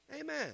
Amen